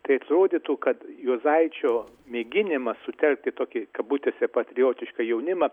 tai atrodytų kad juozaičio mėginimas sutelkti tokį kabutėse patriotišką jaunimą